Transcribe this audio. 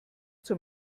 zur